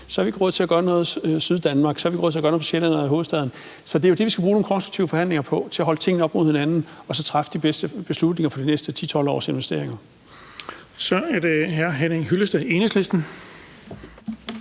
så har vi ikke råd til at gøre noget på Sjælland eller i hovedstaden. Så det er jo det, vi skal bruge nogle konstruktive forhandlinger på, nemlig at holde tingene op imod hinanden og så træffe de bedste beslutninger for de næste 10-12 års investeringer. Kl. 20:27 Den fg. formand (Erling